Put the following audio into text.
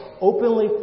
openly